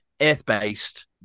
earth-based